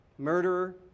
Murderer